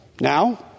Now